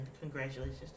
congratulations